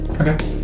Okay